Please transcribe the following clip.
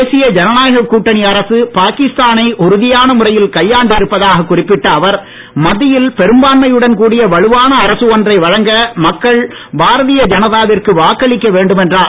தேசிய ஜனநாயக கூட்டணி அரசு பாகிஸ்தானை உறுதியான முறையில் கையாண்டு இருப்பதாக குறிப்பிட்ட அவர் மத்தியில் பெரும்பான்மையுடன் கூடிய வலுவான அரசு ஒன்றை வழங்க மக்கள் பாரதிய ஜனதாவிற்கு வாக்களிக்க வேண்டும் என்றார்